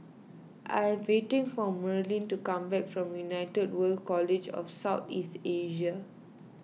I am waiting for Merlin to come back from United World College of South East Asia